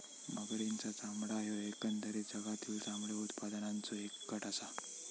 मगरींचा चामडा ह्यो एकंदरीत जगातील चामडे उत्पादनाचों एक गट आसा